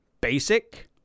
basic